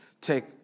take